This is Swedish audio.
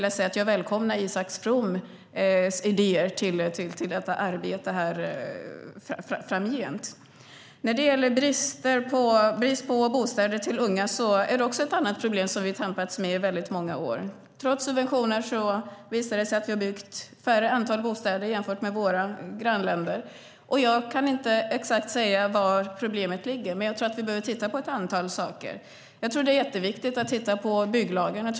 Jag välkomnar Isak Froms idéer i det arbetet framgent. Brist på bostäder till unga är också ett problem som vi har tampats med i många år. Trots subventioner har vi byggt färre bostäder än våra grannländer. Jag kan inte säga exakt var problemet ligger, men jag tror att vi behöver titta på ett antal saker. Det är viktigt att titta på bygglagen.